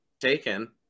taken